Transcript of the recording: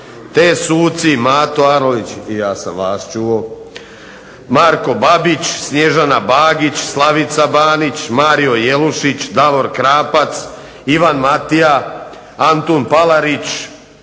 te suci Mato Arlović i ja sam vas čuo, Marko Babić, Snježana Bagić, Slavica BAnić, Mario Jelušić, Davor Krapac, Ivan Matija, Antun Palarić